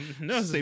No